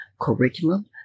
curriculum